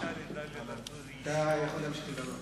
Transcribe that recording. אתה יכול להמשיך לדבר.